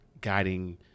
guiding